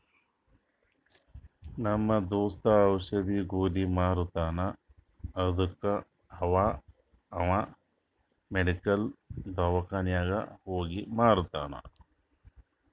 ನಮ್ ದೋಸ್ತ ಔಷದ್, ಗೊಲಿ ಮಾರ್ತಾನ್ ಅದ್ದುಕ ಅವಾ ಅವ್ ಮೆಡಿಕಲ್, ದವ್ಕಾನಿಗ್ ಹೋಗಿ ಮಾರ್ತಾನ್